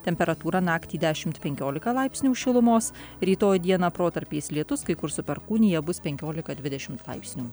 temperatūra naktį dešimt penkiolika laipsnių šilumos rytoj dieną protarpiais lietus kai kur su perkūnija bus penkiolika dvidešimt laipsnių